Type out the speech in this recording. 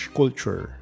culture